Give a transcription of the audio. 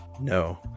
No